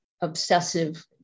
obsessive